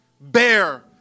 bear